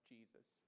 Jesus